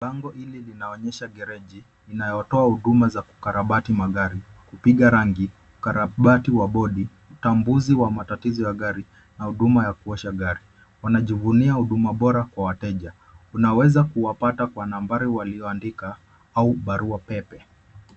Bango hili linaonyesha gereji, inayotoa huduma za kukarabati magari, kupiga rangi, ukarabati wa bodi, utambuzi wa matatiza ya gari, na huduma ya kuosha gari. Wanajivumia huduma bora kwa wateja. Unaweza kuwapata kwa nambari walioandika au barua pepe.